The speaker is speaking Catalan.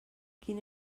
quin